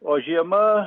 o žiema